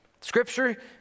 Scripture